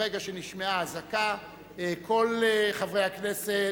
ברגע שנשמעה אזעקה כל חברי הכנסת,